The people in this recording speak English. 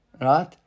Right